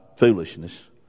Foolishness